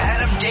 Adam